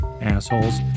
assholes